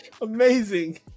Amazing